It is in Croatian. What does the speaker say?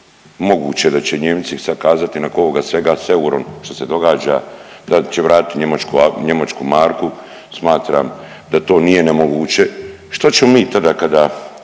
moguće da će Nijemci sad kazati nakon ovoga svega s eurom što se događa da će vratiti njemačku marku. Smatram da to nije nemoguće. Što ćemo mi tada kada,